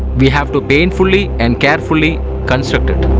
we have to painfully and carefully construct it